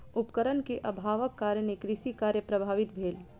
उपकरण के अभावक कारणेँ कृषि कार्य प्रभावित भेल